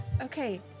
Okay